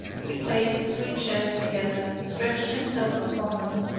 he placed three chairs together, stretched himself upon them,